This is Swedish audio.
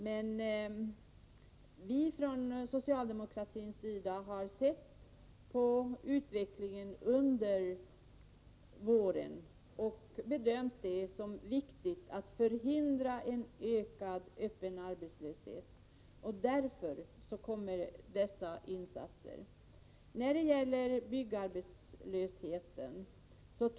Men vi socialdemokrater har bedömt det som viktigt att förhindra en ökad arbetslöshet under den kommande våren. Det är därför som vi föreslår dessa insatser.